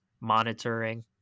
monitoring